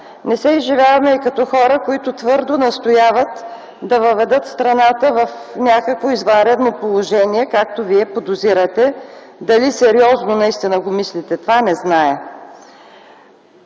не се изживяваме и като хора, които твърдо настояват да въведат страната в някакво извънредно положение, както вие подозирате – дали сериозно наистина го мислите това, не зная.